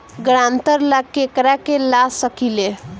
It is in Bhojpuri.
ग्रांतर ला केकरा के ला सकी ले?